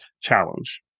challenge